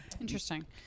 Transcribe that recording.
Interesting